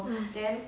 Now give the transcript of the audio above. mm